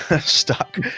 stuck